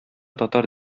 татар